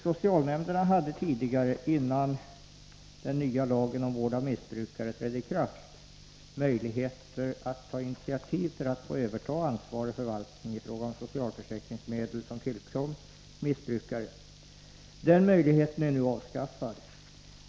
Socialnämnderna hade tidigare, innan den nya lagen om vård av missbrukare trädde i kraft, möjlighet att ta initiativ för att få överta ansvar och förvaltning i fråga om socialförsäkringsmedel som tillkom missbrukare. Den möjligheten är nu avskaffad.